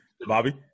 Bobby